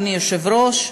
אדוני היושב-ראש,